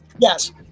yes